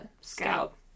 Scout